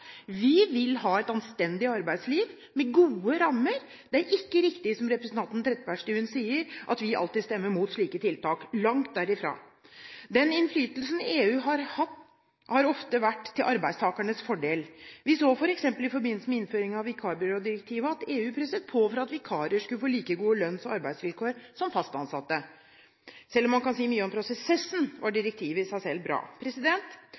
Vi vil ha et anstendig arbeidsliv med gode rammer. Det er ikke riktig som representanten Trettebergstuen sier, at vi alltid stemmer mot slike tiltak – langt derifra. Den innflytelsen EU har hatt, har ofte vært til arbeidstakernes fordel. Vi så f.eks. i forbindelse med innføringen av vikarbyrådirektivet at EU presset på for at vikarer skulle få like gode lønns- og arbeidsvilkår som fast ansatte. Selv om man kan si mye om prosessen, var direktivet i seg selv bra.